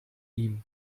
ihm